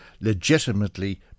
legitimately